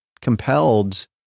compelled